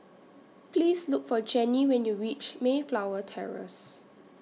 Please Look For Jennie when YOU REACH Mayflower Terrace